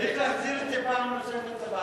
צריך להחזיר את זה פעם נוספת לוועדה,